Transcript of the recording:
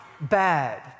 bad